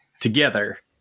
together